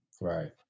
right